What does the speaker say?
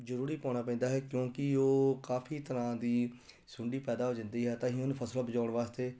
ਜ਼ਰੂਰੀ ਪਾਉਣਾ ਪੈਂਦਾ ਹੈ ਕਿਉਂਕਿ ਉਹ ਕਾਫੀ ਤਰ੍ਹਾਂ ਦੀ ਸੁੰਡੀ ਪੈਦਾ ਹੋ ਜਾਂਦੀ ਹੈ ਤਾਂ ਅਸੀਂ ਉਹਨੂੰ ਫਸਲਾਂ ਬਚਾਉਣ ਵਾਸਤੇ